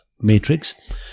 matrix